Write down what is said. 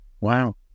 Wow